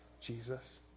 Jesus